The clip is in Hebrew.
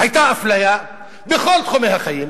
היתה אפליה בכל תחומי החיים,